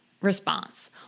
response